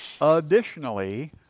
Additionally